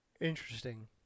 Interesting